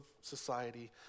society